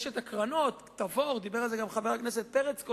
יש קרנות, דיבר על זה קודם גם חבר הכנסת פרץ.